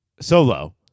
Solo